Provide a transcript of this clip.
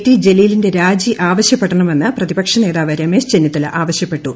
T ജലീലിന്റെ രാജി ആവശ്യപ്പെടണമെന്ന് പ്രതിപക്ഷ നേതാവ് രമേശ് ചെന്നിത്തല ആവശ്യപ്പെട്ടു